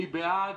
מי בעד?